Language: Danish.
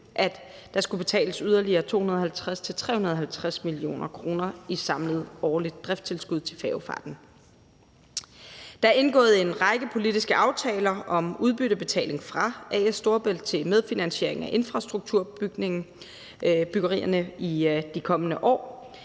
at der skulle betales yderligere 250-350 mio. kr. i samlet årligt driftstilskud til færgefarten. Der er indgået en række politiske aftaler om udbyttebetaling fra A/S Storebælt til medfinansiering af infrastrukturbyggerierne i de kommende år.